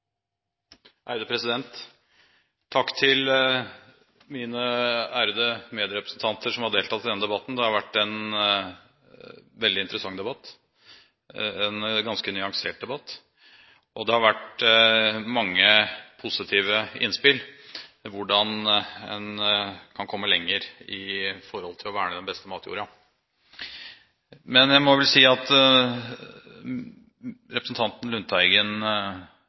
Takk til mine ærede medrepresentanter som har deltatt i denne debatten. Det har vært en veldig interessant debatt, en ganske nyansert debatt, og det har vært mange positive innspill til hvordan en kan komme lenger i forhold til å verne den beste matjorda. Men jeg må vel si at representanten Lundteigen